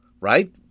right